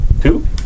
Two